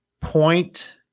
point